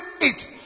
eat